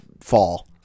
fall